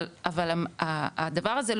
אבל הדבר הזה,